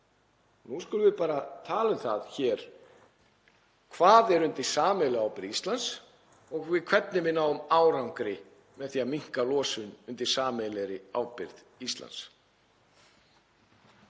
Nú skulum við bara tala um það hér hvað er á sameiginlega ábyrgð Íslands og hvernig við náum árangri með því að minnka losun á sameiginlega ábyrgð Íslands.